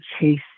Chase